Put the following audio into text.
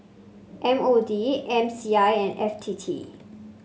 M O D M C I and F T T